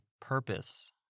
purpose